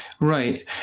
Right